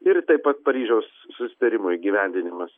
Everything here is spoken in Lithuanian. ir taip pat paryžiaus susitarimo įgyvendinimas